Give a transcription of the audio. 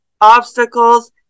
obstacles